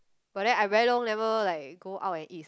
but then I very long never like go out and eat